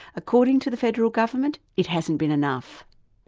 according to the federal government it hasn't been enough.